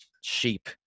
sheep